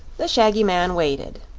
the shaggy man waited.